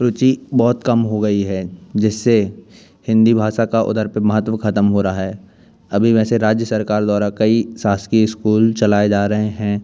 रुचि बहुत कम हो गई है जिससे हिन्दी भाषा का उधर पर महत्व ख़रम हो रहा है अभी वैसे राज्य सरकार द्वारा कई शासकीय इस्कूल चलाए जा रहे हैं